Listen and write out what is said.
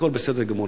הכול בסדר גמור.